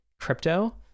crypto